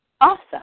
awesome